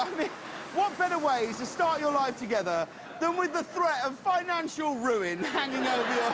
i mean what better way to start your life together than with the threat of financial ruin hanging ah